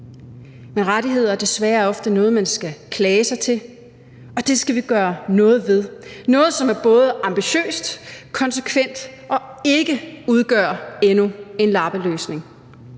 Men rettigheder er desværre ofte noget, man skal klage sig til, og det skal vi gøre noget ved; noget, som er både ambitiøst, konsekvent og ikke udgør endnu en lappeløsning.